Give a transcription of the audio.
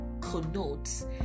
connotes